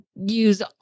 use